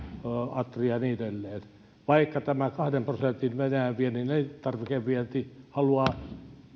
atria ja niin edelleen vaikka kahden prosentin venäjän viennin elintarvikevienti